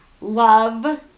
love